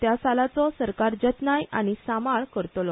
त्या सालाचो सरकार जतनाय आनी सांबाळ करतलो